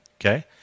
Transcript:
Okay